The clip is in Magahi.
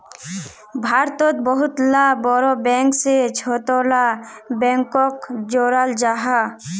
भारतोत बहुत ला बोड़ो बैंक से छोटो ला बैंकोक जोड़ाल जाहा